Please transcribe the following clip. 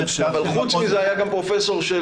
מודל ה'שערים' זה של פרופ'